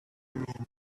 mean